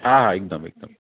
हा हा हिकदमि हिकदमि